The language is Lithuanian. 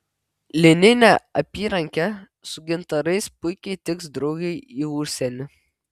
lininė apyrankė su gintarais puikiai tiks draugei į užsienį